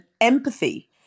empathy